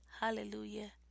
hallelujah